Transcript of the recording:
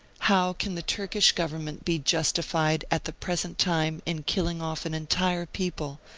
how can the turkish govern ment be justified at the present time in killing off an entire people,